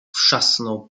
wrzasnął